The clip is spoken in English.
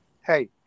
hey